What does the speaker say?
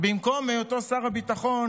במקום היותו שר הביטחון,